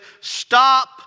Stop